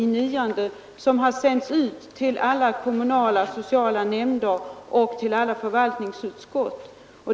Den skrivelsen har sänts ut till alla kommunala sociala nämnder och förvaltningsutskott.